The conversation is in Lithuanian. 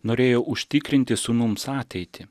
norėjo užtikrinti sūnums ateitį